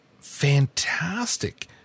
fantastic